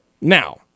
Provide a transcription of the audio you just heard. Now